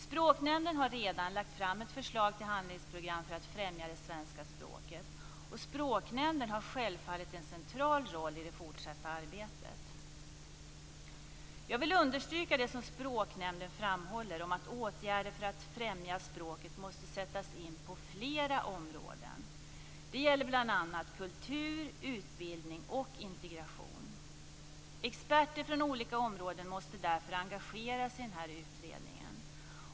Språknämnden har redan lagt fram ett förslag till handlingsprogram för att främja det svenska språket, och Språknämnden har självfallet en central roll i det fortsatta arbetet. Jag vill understryka det som Språknämnden framhåller om att åtgärder för att främja språket måste sättas in på flera områden. Det gäller bl.a. kultur, utbildning och integration. Experter från olika områden måste därför engageras i utredningen.